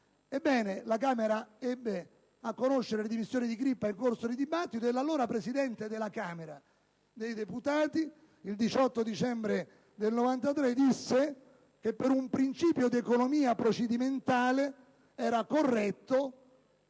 allora ebbe a conoscere delle dimissioni dell'onorevole Crippa in corso di dibattito e l'allora Presidente della Camera dei deputati, in data 18 dicembre 1993, disse che per un principio di economia procedimentale era corretto